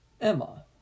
Emma